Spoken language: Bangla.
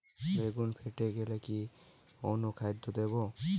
বেগুন ফেটে গেলে কি অনুখাদ্য দেবো?